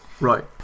Right